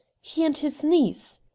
he and his niece.